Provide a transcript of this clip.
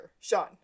Sean